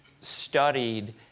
studied